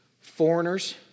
foreigners